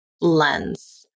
lens